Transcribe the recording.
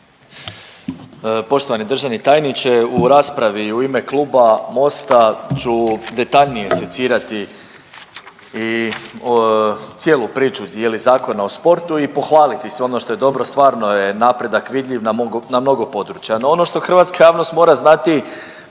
Poštovani državni tajniče, u raspravi u ime Kluba Mosta ću detaljnije secirati i cijelu priču …/Govornik se ne razumije/… Zakona o sportu i pohvaliti sve ono što je dobro, stvarno je napredak vidljiv na mnogo područja. No ono što hrvatska javnost mora znati